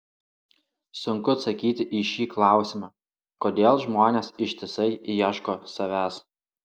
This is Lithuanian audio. sunku atsakyti į šį klausimą kodėl žmonės ištisai ieško savęs